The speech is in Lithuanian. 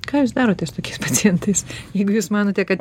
ką jūs darote su tokiais pacientais jeigu jūs manote kad